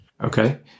Okay